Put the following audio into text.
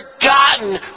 forgotten